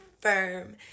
firm